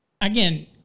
again